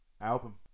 album